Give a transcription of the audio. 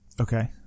Okay